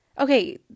Okay